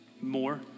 more